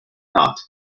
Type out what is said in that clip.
not